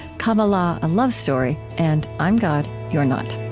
kabbalah a love story, and i'm god you're not